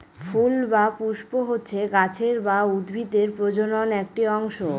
ফুল বা পুস্প হচ্ছে গাছের বা উদ্ভিদের প্রজনন একটি অংশ